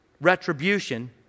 retribution